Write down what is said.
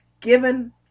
given